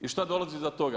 I šta dolazi iza toga?